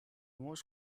most